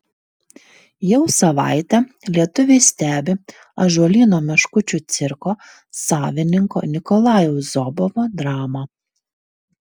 jau savaitę lietuviai stebi ąžuolyno meškučių cirko savininko nikolajaus zobovo dramą